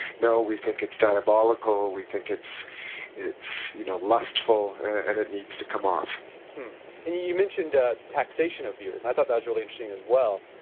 no we think it's diabolical, we think it's it's you know lustful, and it needs to come off you mentioned ah taxation of beards. i thought that's really interesting as well.